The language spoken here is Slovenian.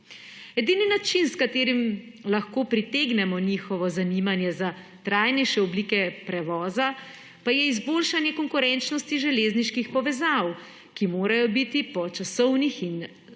Edini način, s katerim lahko pritegnemo njihovo zanimanje za trajnejše oblike prevoza pa je izboljšanje konkurenčnosti železniških povezav, ki morajo biti po časovnih in stroškovnih